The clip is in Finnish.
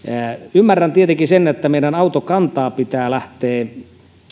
ymmärrän tietenkin sen että meidän autokantaa pitää lähteä